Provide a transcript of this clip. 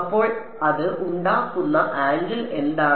അപ്പോൾ അത് ഉണ്ടാക്കുന്ന ആംഗിൾ എന്താണ്